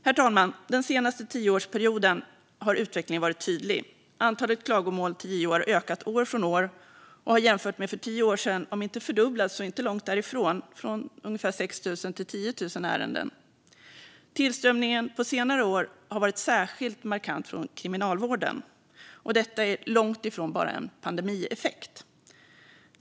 Herr talman! Den senaste tioårsperioden har utvecklingen varit tydlig - antalet klagomål till JO har ökat för varje år. Antalet har nästan fördubblats jämfört med för tio år sedan; det har gått från ungefär 6 000 till 10 000 ärenden. Tillströmningen på senare år har varit särskilt markant från kriminalvården, och detta är långt ifrån bara en pandemieffekt.